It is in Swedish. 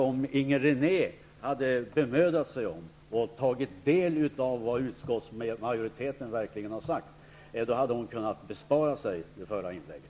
Om Inger René hade bemödat sig om att ta del av vad utskottsmajoriteten verkligen har sagt hade hon kunnat bespara sig det förra inlägget.